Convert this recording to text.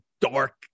dark